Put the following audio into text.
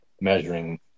measuring